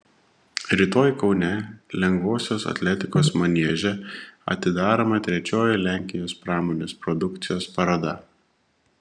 rytoj kaune lengvosios atletikos manieže atidaroma trečioji lenkijos pramonės produkcijos paroda